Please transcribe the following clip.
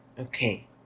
Okay